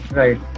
right